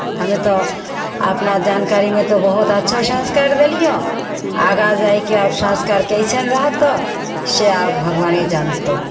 हमे तऽ अपना जानकारीमे तऽ बहुत अच्छा संस्कार देलियह आगाँ जाय कऽ आब संस्कार कैसन रहतहु से आब भगवाने जानतहु